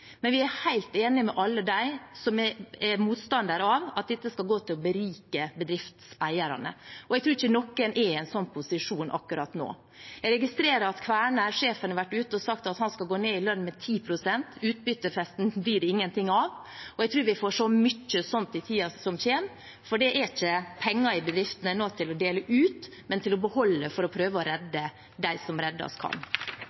men vi er helt enige med alle dem som er motstandere av at dette skal gå til å berike bedriftseierne. Og jeg tror ikke noen er i en slik posisjon akkurat nå. Jeg registrerer at Kværner-sjefen har vært ute og sagt at han vil gå ned 10 pst. i lønn, utbyttefesten blir det ingenting av, og jeg tror vi får se mye slikt i tiden som kommer, for det er ikke penger i bedriftene nå til å dele ut, men til å beholde – for å prøve å